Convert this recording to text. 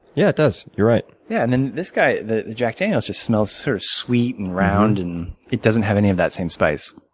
yeah, it does. you're right. yeah and then, this guy, the jack daniels, just smells sort of sweet and round. and it doesn't have any of that same spice.